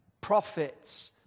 prophets